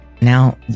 now